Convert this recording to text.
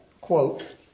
quote